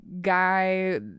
guy